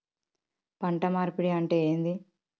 పంట మార్పిడి అంటే ఏంది?